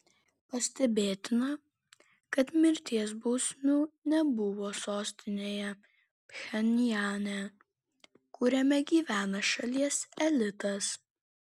pastebėtina kad mirties bausmių nebuvo sostinėje pchenjane kuriame gyvena šalies elitas